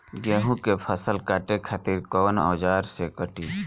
गेहूं के फसल काटे खातिर कोवन औजार से कटी?